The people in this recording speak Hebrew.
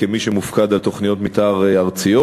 כמי שמופקד על תוכניות מתאר ארציות,